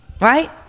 Right